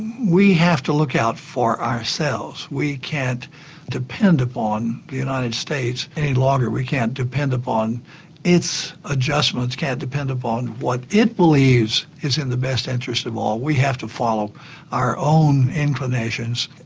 we have to look out for ourselves we can't depend upon the united states any longer, we can't depend upon its adjustments, can't depend upon what it believes is in the best interests of all, we have to follow our own inclinations,